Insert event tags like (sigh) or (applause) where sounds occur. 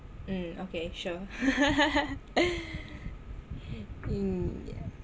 mm okay sure (laughs) mm yeah